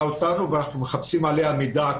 אותנו ועליה כל הזמן אנחנו מחפשים מידע.